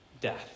death